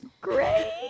great